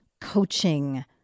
coaching